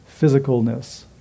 physicalness